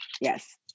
Yes